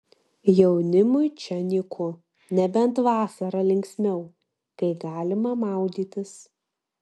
jaunimui čia nyku nebent vasarą linksmiau kai galima maudytis